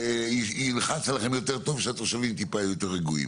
ילחץ יותר טוב ושהתושבים יהיו טיפה יותר רגועים.